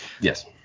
Yes